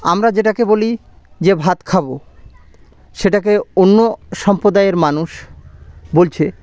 আমরা যেটাকে বলি যে ভাত খাব সেটাকে অন্য সম্প্রদায়ের মানুষ বলছে